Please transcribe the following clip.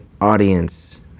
audience